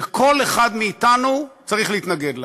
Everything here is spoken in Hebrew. שכל אחד מאתנו צריך להתנגד להם.